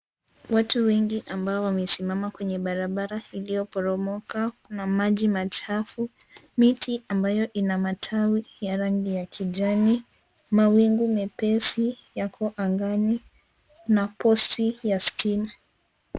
Watu wengi ambao wamesimama kwenye barabara iliyoporomoka. Kuna maji machafu, miti ambayo ina matawi ya rangi ya kijani, mawingu mepesi yako angani, na posti ya stima.